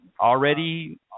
Already